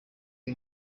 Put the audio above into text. iyo